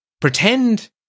pretend